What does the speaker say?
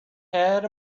had